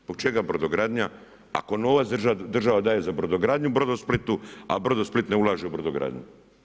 Zbog čega brodogradnja ako novac država daje za brodogradnju Brodosplitu, a Brodosplit ne ulaže u brodogradnju.